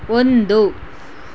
ಒಂದು